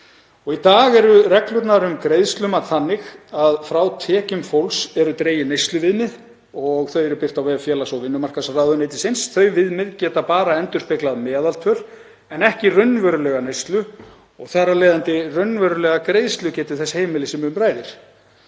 Í dag eru reglurnar um greiðslumat þannig að frá tekjum fólks eru dregin neysluviðmið og þau eru birt á vef félags- og vinnumarkaðsráðuneytisins. Þau viðmið geta bara endurspeglað meðaltöl en ekki raunverulega neyslu og þar af leiðandi raunverulega greiðslugetu þess heimilis sem um ræðir.